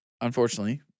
unfortunately